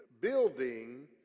building